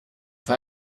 för